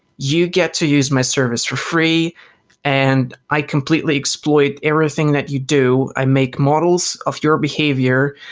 you get to use my service for free and i completely exploit everything that you do. i make models of your behavior.